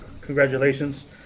congratulations